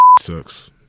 sucks